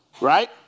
Right